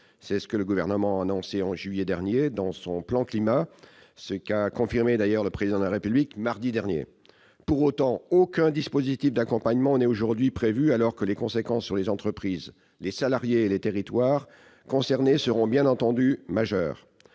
c'est ce que le Gouvernement a annoncé en juillet dernier dans son plan Climat, et c'est ce qu'a confirmé le Président de la République mardi dernier. Pour autant, aucun dispositif d'accompagnement n'est aujourd'hui prévu, alors que les conséquences sur les entreprises, les salariés et les territoires concernés seront, bien entendu, majeures.